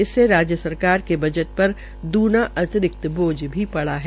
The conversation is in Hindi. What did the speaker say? इससे राज्य सरकार के बजट पर दूना अतिरिक्त बोझ पड़ा है